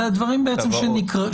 אלה הדברים שכרוכים,